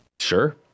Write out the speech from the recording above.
Sure